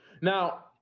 now